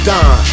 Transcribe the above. Don